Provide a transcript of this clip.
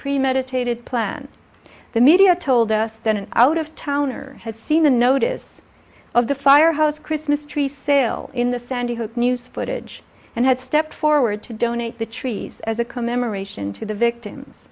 premeditated planned the media told us that an out of towner had seen the notice of the firehouse christmas tree sale in the sandy hook news footage and had stepped forward to donate the trees as a commemoration to the victims